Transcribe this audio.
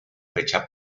fecha